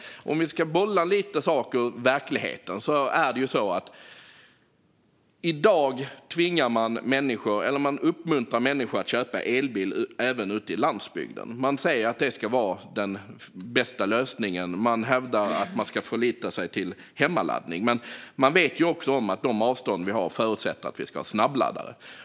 Vi kan bolla lite hur saker är i verkligheten. I dag uppmuntrar man människor även ute på landsbygden att köpa elbil. Man säger att det ska vara den bästa lösningen och hävdar att det går att förlita sig på hemmaladdning. Men de avstånd vi har förutsätter att det också ska finnas snabbladdare.